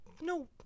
no